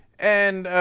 and